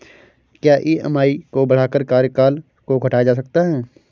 क्या ई.एम.आई को बढ़ाकर कार्यकाल को घटाया जा सकता है?